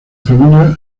familia